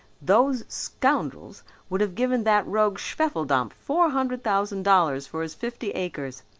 those scoundrels would have given that rogue schwefeldampf four hundred thousand dollars for his fifty acres!